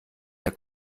der